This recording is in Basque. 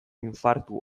infartu